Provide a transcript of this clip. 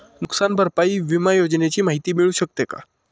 नुकसान भरपाई विमा योजनेची माहिती मिळू शकते का?